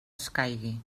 escaigui